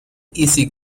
easy